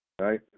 right